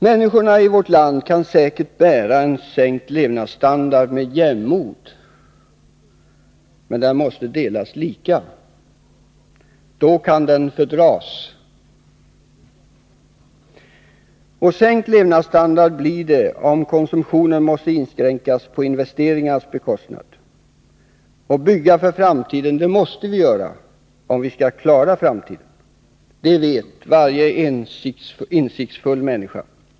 Människorna i vårt land kan säkert bära en sänkt levnadsstandard med jämnmod, men den måste delas lika. Då kan den fördras. Och sänkt levnadsstandard blir det, om konsumtionen måste inskränkas för investeringarnas skull. Och bygga för framtiden måste vi göra om vi skall klara framtiden. Det vet varje insiktsfull människa.